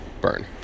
Burn